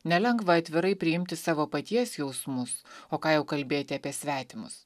nelengva atvirai priimti savo paties jausmus o ką jau kalbėti apie svetimus